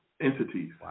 entities